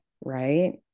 right